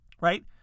right